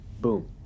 Boom